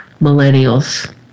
millennials